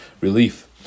relief